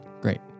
great